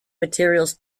materials